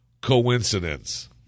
coincidence